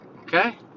Okay